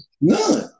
none